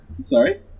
Sorry